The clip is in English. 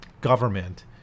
government